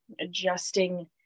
adjusting